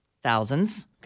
Thousands